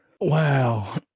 Wow